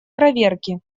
проверки